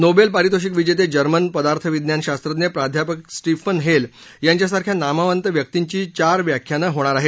novel पारितोषिक विजेते German पदार्थविज्ञान शास्त्रज्ञ प्राध्यापक सीफिन हेल यांच्यासारख्या नामवत व्यक्तींची चार व्याख्यानं होणार आहेत